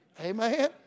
Amen